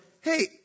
hey